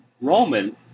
Roman